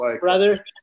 Brother